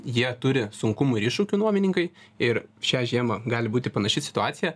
jie turi sunkumų ir iššūkių nuomininkai ir šią žiemą gali būti panaši situacija